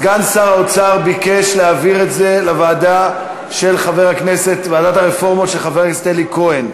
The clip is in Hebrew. סגן שר האוצר ביקש להעביר את זה לוועדת הרפורמות של חבר הכנסת אלי כהן,